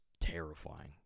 terrifying